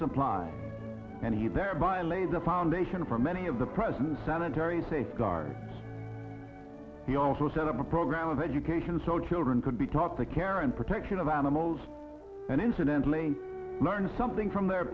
supply and he thereby lay the foundation for many of the presence of a very safeguard he also set up a program of education so children could be taught the care and protection of animals and incidentally learn something from their